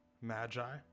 Magi